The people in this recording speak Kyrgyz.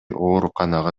ооруканага